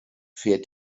fährt